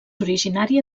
originària